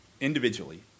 individually